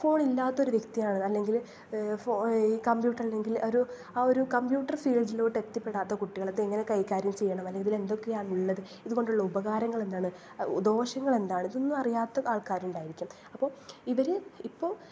ഫോണില്ലാത്തൊര് വ്യക്തിയാണ് അല്ലെങ്കിൽ ഫോ കമ്പ്യൂട്ടർ അല്ലെങ്കിൽ ഒരു ആ ഒരു കമ്പ്യൂട്ടർ ഫീൾഡിലോട്ട് എത്തിപ്പെടാത്ത കുട്ടികളത് എങ്ങനെ കൈകാര്യം ചെയ്യണം അല്ലെങ്കിലിത് എന്തൊക്കെയാണ് ഉള്ളത് ഇത് കൊണ്ടുള്ള ഉപകാരങ്ങൾ എന്താണ് ദോഷങ്ങൾ എന്താണ് ഇതൊന്നും അറിയാത്ത ആൾക്കാരുണ്ടായിരിക്കും അപ്പം ഇവര് ഇപ്പോൾ